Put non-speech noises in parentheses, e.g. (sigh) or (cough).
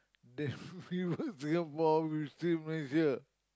then (laughs) we work Singapore will stay Malaysia